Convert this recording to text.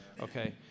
Okay